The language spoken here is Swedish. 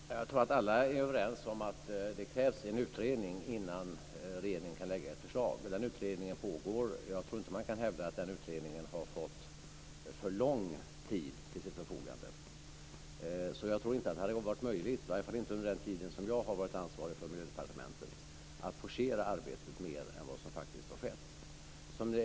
Fru talman! Jag tror att alla är överens om att det krävs en utredning innan regeringen kan lägga fram ett förslag. Den utredningen pågår, och jag tror inte att man kan hävda att den har fått för lång tid till sitt förfogande. Jag tror inte att det hade varit möjligt, i varje fall inte under den tid som jag har varit ansvarig för Miljödepartementet, att forcera arbetet mer än vad som har skett.